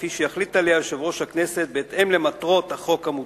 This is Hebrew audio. כפי שיחליט עליה יושב-ראש הכנסת בהתאם למטרות החוק המוצע.